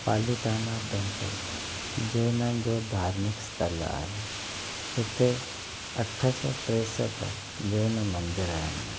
Palitana temples जैननि जो धार्मिक स्थलु आहे हिते अठ सौ टिरहठि जैन मंदिर आहिनि